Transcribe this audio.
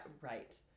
right